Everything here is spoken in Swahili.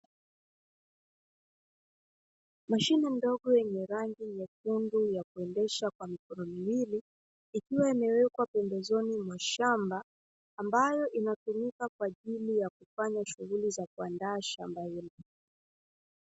Mashine ndogo yenye rangi nyekundu ya kuendesha kwa mikono miwili ikiwa imewekwa pembezoni mwa shamba ambayo inatumika kwaajili ya kufanya shughuli za kuandaa shamba hilo